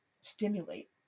stimulate